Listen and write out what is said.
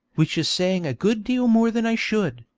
which is saying a good deal more than i should,